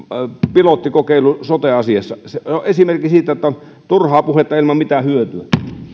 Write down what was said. pilottikokeilusta sote asiassa se on esimerkki siitä että on turhaa puhetta ilman mitään hyötyä